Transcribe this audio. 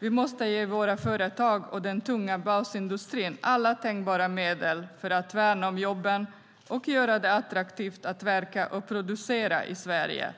Vi måste ge våra företag och den tunga basindustrin alla tänkbara medel för att värna om jobben och göra det attraktivt att verka och producera i Sverige.